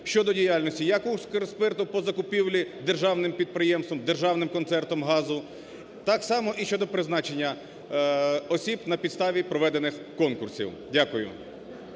щодо діяльності як "Укрспирту" по закупівлі державним підприємством, державним концерном газу, так само і щодо призначення осіб на підставі проведених конкурсів. Дякую